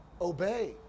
obey